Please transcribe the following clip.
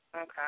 Okay